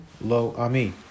Lo-Ami